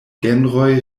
genroj